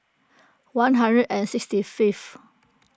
one hundred and sixty fifth